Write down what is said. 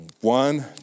one